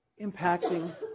impacting